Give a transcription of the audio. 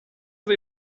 dei